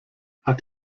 hat